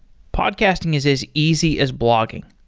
podcasting is as easy as blogging.